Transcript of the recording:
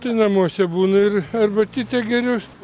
tai namuose būnu ir arbatytę geriu